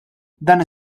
dan